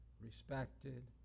respected